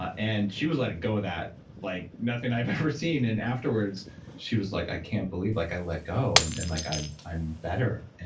ah and she was letting go of that like nothing i've ever seen. and afterwards she was like i can't believe like i let go, and and like i'm i'm better.